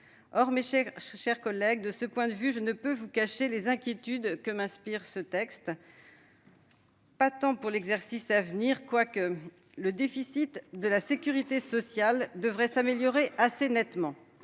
Or, mes chers collègues, de ce point de vue, je ne peux vous cacher les inquiétudes que m'inspire ce texte. Certes, pour l'exercice à venir, le déficit de la sécurité sociale devrait s'améliorer assez nettement,